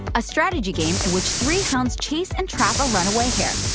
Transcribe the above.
a strategy game in which three hounds chase and trap a runaway hare.